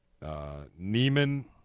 Neiman